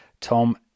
Tom